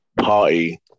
party